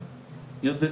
בוודאי.